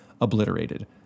obliterated